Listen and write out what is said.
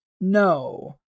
No